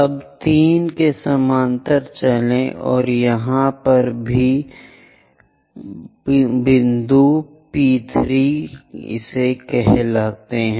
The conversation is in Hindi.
अब 3 के समानांतर चलें यह यहाँ पर है जिसे बिंदु P3 कहते हैं